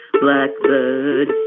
Blackbird